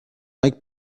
mike